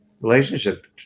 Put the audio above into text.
relationship